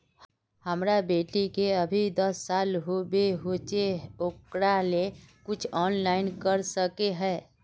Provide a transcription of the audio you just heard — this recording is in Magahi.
हमर बेटी के अभी दस साल होबे होचे ओकरा ले कुछ ऑनलाइन कर सके है?